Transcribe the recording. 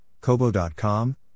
Kobo.com